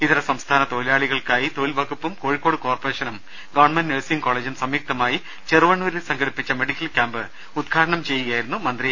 ഇതരസംസ്ഥാന തൊഴിലാൾക്കായി തൊഴിൽവകുപ്പും കോഴിക്കോട് കോർപ്പറേഷനും ഗവ നഴ്സിംഗ് കോളെജും സംയുക്തമായി ചെറുവണ്ണൂരിൽ സംഘടിപ്പിച്ച മെഡിക്കൽ ക്യാമ്പ് ഉദ്ഘാടനം ചെയ്യുകയായിരുന്നു മന്ത്രി